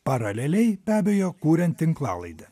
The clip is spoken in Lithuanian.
paraleliai be abejo kuriant tinklalaidę